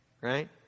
right